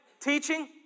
teaching